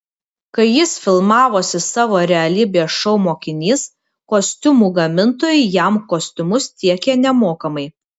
kai jis filmavosi savo realybės šou mokinys kostiumų gamintojai jam kostiumus tiekė nemokamai